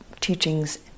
teachings